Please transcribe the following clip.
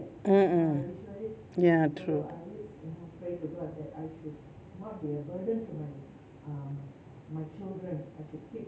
mm mm ya true